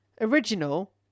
original